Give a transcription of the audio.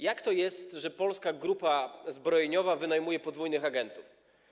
Jak to jest, że Polska Grupa Zbrojeniowa wynajmuje podwójnych agentów?